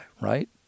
right